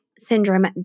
syndrome